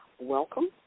Welcome